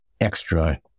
extra